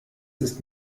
ist